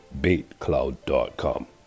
baitcloud.com